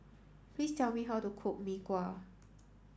please tell me how to cook Mee Kuah